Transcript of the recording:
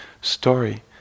story